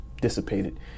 dissipated